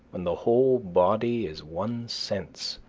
when the whole body is one sense,